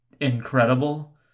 incredible